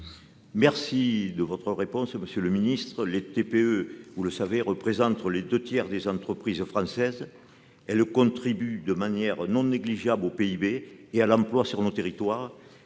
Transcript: remercie de votre réponse, monsieur le secrétaire d'État. Les TPE représentent deux tiers des entreprises françaises. Elles contribuent de manière non négligeable au PIB et à l'emploi sur nos territoires.